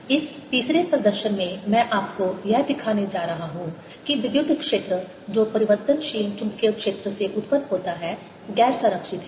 इस तीसरे प्रदर्शन में मैं आपको यह दिखाने जा रहा हूं कि विद्युत क्षेत्र जो परिवर्तनशील चुंबकीय क्षेत्र से उत्पन्न होता है गैर संरक्षित है